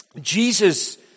Jesus